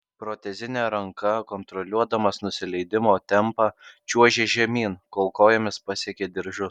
protezine ranka kontroliuodamas nusileidimo tempą čiuožė žemyn kol kojomis pasiekė diržus